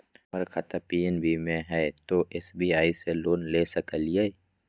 हमर खाता पी.एन.बी मे हय, तो एस.बी.आई से लोन ले सकलिए?